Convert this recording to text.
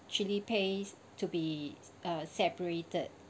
chilli paste to be uh separated